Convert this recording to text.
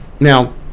now